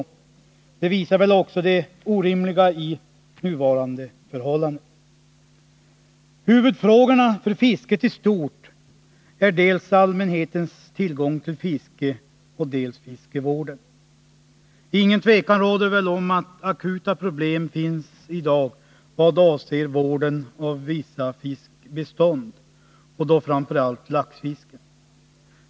Detta visar väl också det orimliga i nuvarande förhållanden. Huvudfrågorna för fisket i stort är dels allmänhetens tillgång till fiske, dels fiskevården. Inget tvivel råder väl om att akuta problem finns i dag i vad avser vården av vissa fiskbestånd, och då framför allt laxfisken.